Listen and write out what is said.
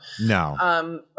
No